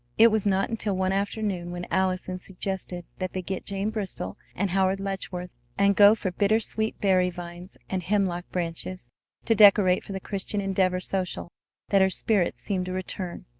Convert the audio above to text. it was not until one afternoon when allison suggested that they get jane bristol and howard letchworth and go for bittersweet-berry vines and hemlock-branches to decorate for the christian endeavor social that her spirits seemed to return,